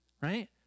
right